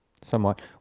Somewhat